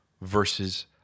versus